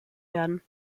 werden